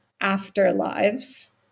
afterlives